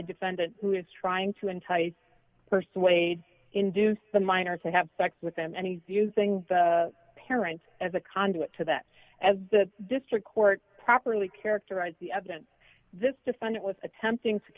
a defendant who is trying to entice persuade induce the miners to have sex with them and he's using the parents as a conduit to that as the district court properly characterized the evidence this defendant was attempting to